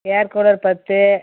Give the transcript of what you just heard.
ஏர் cooler பத்து